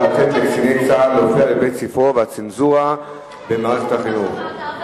לאפשר לקציני צה"ל להופיע בבית-ספרו והצנזורה במערכת החינוך,